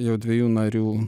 jau dviejų narių